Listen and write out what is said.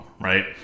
right